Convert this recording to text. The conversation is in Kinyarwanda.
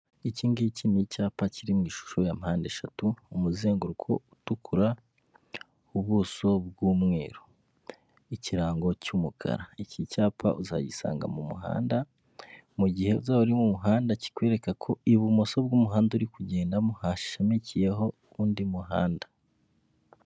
Iki ngiki ni icyapa kiri mu ishusho ya mpande eshatu, umuzenguruko utukura, ubuso bw'umweru, ikirango cy'umukara, iki ncyapa uzagisanga mu muhanda, mu gihe uzaba uri mu muhanda kikwereka ko i bumoso bw'umuhanda uri kugendamo, hashamikiyeho undi muhanda.